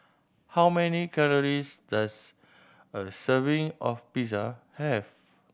how many calories does a serving of Pizza have